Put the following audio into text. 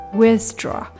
withdraw